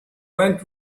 went